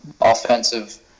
offensive